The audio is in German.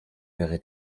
wäre